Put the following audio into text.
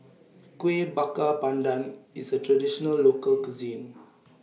Kuih Bakar Pandan IS A Traditional Local Cuisine